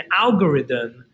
algorithm